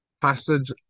passage